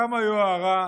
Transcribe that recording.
כמה יוהרה,